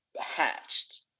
hatched